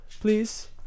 please